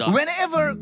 whenever